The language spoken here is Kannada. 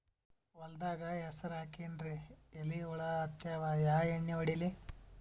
ಹೊಲದಾಗ ಹೆಸರ ಹಾಕಿನ್ರಿ, ಎಲಿ ಹುಳ ಹತ್ಯಾವ, ಯಾ ಎಣ್ಣೀ ಹೊಡಿಲಿ?